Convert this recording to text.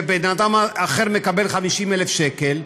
ובן אדם אחר מקבל 50,000 שקלים,